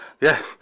Yes